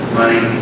money